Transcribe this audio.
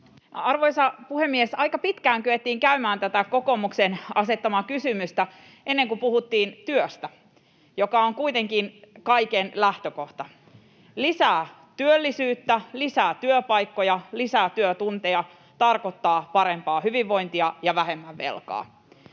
Arvoisa puhemies! Aika pitkään kyettiin käymään tätä kokoomuksen asettamaa kysymystä, ennen kuin puhuttiin työstä, joka on kuitenkin kaiken lähtökohta. Lisää työllisyyttä, lisää työpaikkoja, lisää työtunteja tarkoittaa parempaa hyvinvointia ja vähemmän velkaa.